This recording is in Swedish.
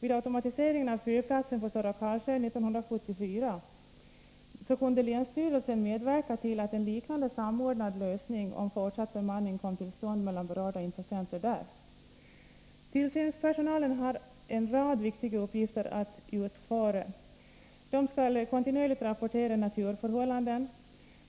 Vid automatiseringen av fyrplatsen på Stora Karlsö 1974 kunde länsstyrelsen medverka till att en liknande samordnad lösning innebärande fortsatt bemanning kom till stånd mellan berörda intressenter där. Tillsynspersonalen har en rad viktiga uppgifter att utföra. De anställda skall kontinuerligt rapportera naturförhållanden,